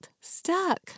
stuck